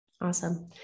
Awesome